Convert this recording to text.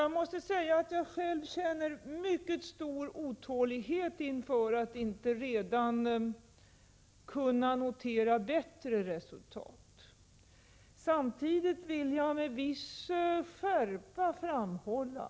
Jag känner själv mycket stor otålighet inför att inte redan kunna notera bättre resultat. Samtidigt vill jag med viss skärpa framhålla följande.